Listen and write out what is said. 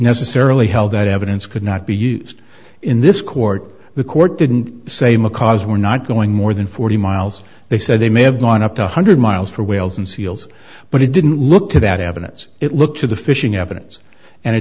necessarily held that evidence could not be used in this court the court didn't say macaws were not going more than forty miles they said they may have gone up to one hundred miles for whales and seals but it didn't look to that evidence it looked to the fishing evidence and